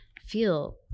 feel